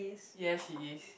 yes she is